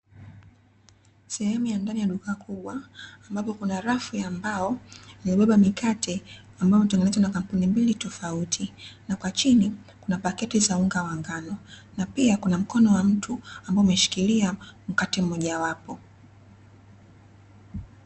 Sehemu ya ndani ya duka kubwa ambapo kuna rafu ya mbao imebeba mikate ambayo imetengenezwa na kampuni mbili tofauti, na kwa chini kuna paketi za unga wa ngano na pia kuna mkono wa mtu ambao umeshikilia mkate mmojawapo.